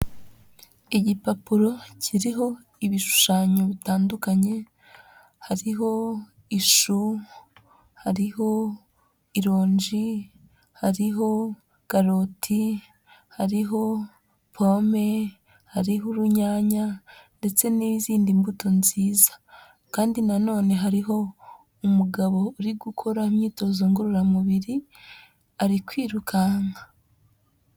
Igipapuro kiriho ibishushanyo bitandukanye. Hariho ishu, hariho ilonji, hariho karoti, hariho pome, hariho urunyanya ndetse n'izindi mbuto nziza. Kandi na none hariho umugabo uri gukora imyitozo ngororamubiri, ari kwirukanka.